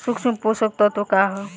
सूक्ष्म पोषक तत्व का ह?